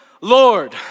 Lord